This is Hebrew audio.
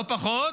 לא פחות,